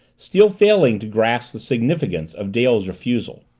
still failing to grasp the significance of dale's refusal.